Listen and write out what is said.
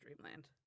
Dreamland